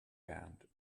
band